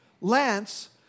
Lance